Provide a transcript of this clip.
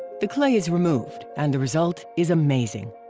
the clay is removed, and the result is amazing.